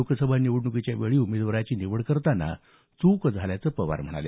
लोकसभा निवडणुकीच्या वेळी उमेदवाराची निवड करताना चूक झाल्याचं पवार म्हणाले